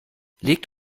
legt